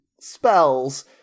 spells